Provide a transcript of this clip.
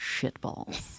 shitballs